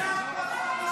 --- די כבר.